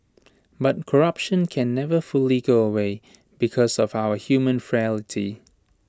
but corruption can never fully go away because of our human frailty